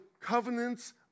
covenants